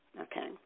okay